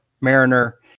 Mariner